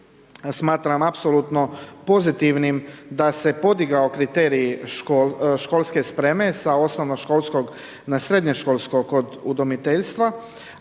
smatram apsolutno pozitivnim da se podigao kriterij školske spreme sa osnovnoškolskog na srednjoškolsko kod udomiteljstva,